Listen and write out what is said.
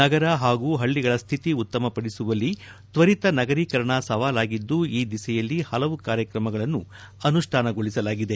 ನಗರ ಹಾಗೂ ಹಳ್ಳಿಗಳ ಸ್ಥಿತಿ ಉತ್ತಮಪದಿಸುವಲ್ಲಿ ತ್ವರಿತ ನಗರೀಕರಣ ಸವಾಲಾಗಿದ್ದು ಈ ದಿಸೆಯಲ್ಲಿ ಹಲವು ಕಾರ್ಯಕ್ರಮಗಳನ್ನು ಅನುಷ್ಣಾನಗೊಳಿಸಲಾಗಿದೆ